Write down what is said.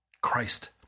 Christ